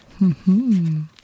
-hmm